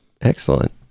Excellent